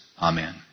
Amen